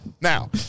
Now